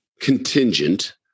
contingent